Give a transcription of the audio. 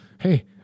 Hey